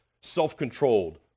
self-controlled